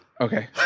Okay